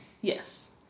Yes